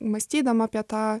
mąstydama apie tą